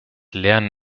lernen